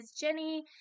Jenny